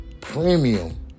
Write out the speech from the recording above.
premium